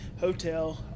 Hotel